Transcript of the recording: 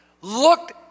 looked